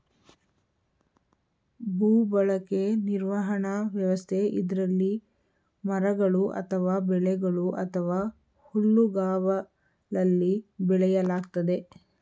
ಭೂಬಳಕೆ ನಿರ್ವಹಣಾ ವ್ಯವಸ್ಥೆ ಇದ್ರಲ್ಲಿ ಮರಗಳು ಅಥವಾ ಬೆಳೆಗಳು ಅಥವಾ ಹುಲ್ಲುಗಾವಲಲ್ಲಿ ಬೆಳೆಯಲಾಗ್ತದೆ